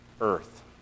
earth